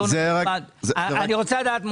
אני רוצה לדעת,